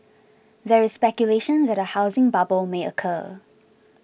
there is speculation that a housing bubble may occur